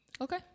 Okay